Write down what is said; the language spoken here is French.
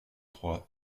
trois